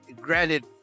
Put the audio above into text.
granted